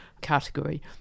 category